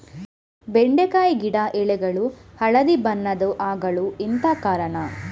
ಬೆಂಡೆಕಾಯಿ ಗಿಡ ಎಲೆಗಳು ಹಳದಿ ಬಣ್ಣದ ಆಗಲು ಎಂತ ಕಾರಣ?